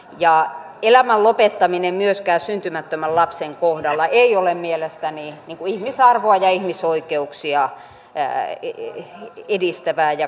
ja elämän lopettaminen myöskään syntymättömän lapsen kohdalla ei ole mielestäni ihmisarvoa ja ihmisoikeuksia edistävää ja kunnioittavaa kehitystyötä